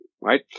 right